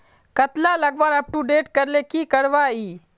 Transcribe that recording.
कतला लगवार अपटूडेट करले की करवा ई?